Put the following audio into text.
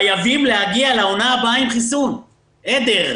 חייבים להגיע לעונה הבאה עם חיסון עדר.